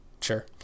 Sure